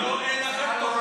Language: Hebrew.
אין לכם תוכנית סיפוח,